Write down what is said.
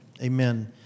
Amen